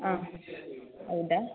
ಹಾಂ ಹೌದ